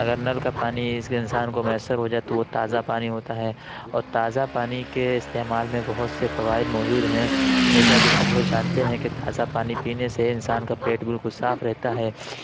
اگر نل کا پانی اس کے انسان کو میسر ہو جائے تو وہ تازہ پانی ہوتا ہے اور تازہ پانی کے استعمال میں بہت سے فوائد موجود ہیں جیسا کہ سب لوگ جانتے ہیں کہ تازہ پانی پینے سے انسان کا پیٹ بالکل صاف رہتا ہے